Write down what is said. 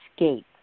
escape